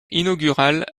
inaugurale